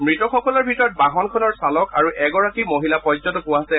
মৃতসকলৰ ভিতৰত বাহনখনৰ চালক আৰু এগৰাকী মহিলা পৰ্যটকো আছে